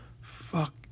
fuck